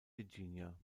virginia